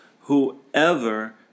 whoever